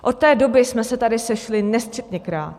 Od té doby jsme se tady sešli nesčetněkrát.